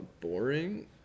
Boring